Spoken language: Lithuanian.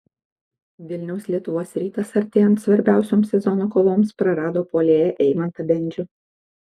vilniaus lietuvos rytas artėjant svarbiausioms sezono kovoms prarado puolėją eimantą bendžių